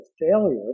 failure